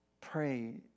Pray